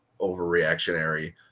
overreactionary